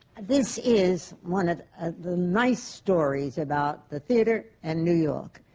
this is one of the nice stories about the theatre and new york.